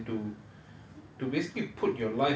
to you know persevere with it and to